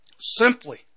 Simply